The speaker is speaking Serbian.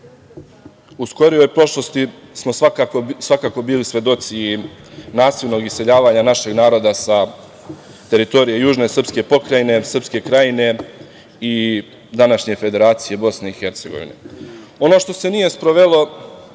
u skorijoj prošlosti smo svakako bili svedoci nasilnog iseljavanja našeg naroda sa teritorije južne srpske pokrajine, Srpske Krajine i današnje Federacije Bosne i Hercegovine. Ono što se nije sprovelo,